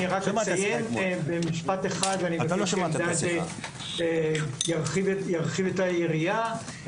אני רק אציין במשפט אחד ואני אבקש שאלדד ירחיב את היריעה.